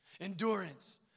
endurance